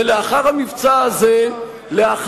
ולאחר המבצע הזה,